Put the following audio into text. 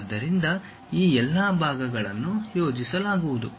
ಆದ್ದರಿಂದ ಈ ಎಲ್ಲಾ ಭಾಗಗಳನ್ನು ಯೋಜಿಸಲಾಗುವುದು